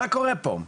מה קורה פה?